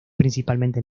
principalmente